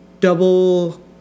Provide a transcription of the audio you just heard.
double